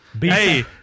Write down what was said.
Hey